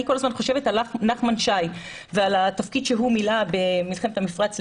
אני כל הזמן חושבת על נחמן שי ועל התפקיד שהוא מילא במלחמת המפרץ,